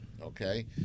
okay